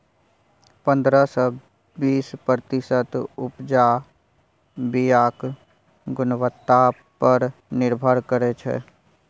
पंद्रह सँ बीस प्रतिशत उपजा बीयाक गुणवत्ता पर निर्भर करै छै